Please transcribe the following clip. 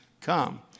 come